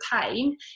pain